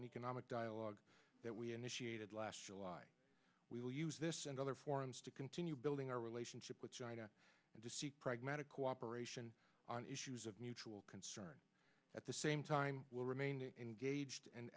and economic dialogue that we initiated last july we will use this and other forums to continue building our relationship with china and to seek pragmatic cooperation on issues of mutual concern at the same time will remain engaged and